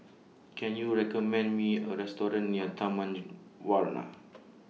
Can YOU recommend Me A Restaurant near Taman Warna